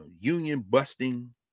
Union-busting